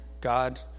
God